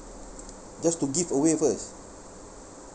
just to give away first